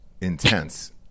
intense